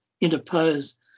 interpose